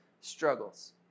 struggles